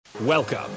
Welcome